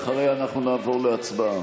אחריה נעבור להצבעה.